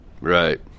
Right